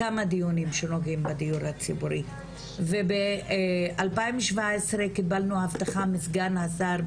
כמה דיונים שנוגעים בדיור הציבורי וב-2017 קיבלנו הבטחה מסגן השר,